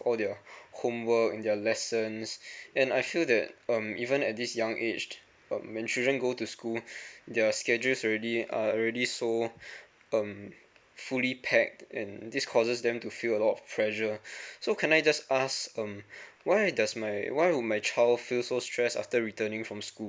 of all their homework and lessons and I feel that um even at this young age um when children go to school their schedules already already so um fully packed and this causes them to feel a lot of pressure so can I just ask um why does my why would my child feel so stress after returning from school